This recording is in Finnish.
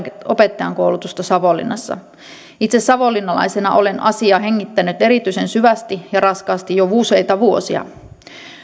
opettajankoulutusta savonlinnassa itse savonlinnalaisena olen asiaa hengittänyt erityisen syvästi ja raskaasti jo useita vuosia